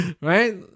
Right